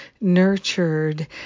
nurtured